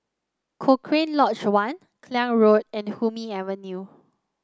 Cochrane Lodge One Klang Road and Hume Avenue